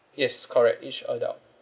yes correct each adult